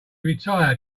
retired